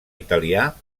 italià